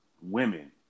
women